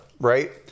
right